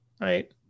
right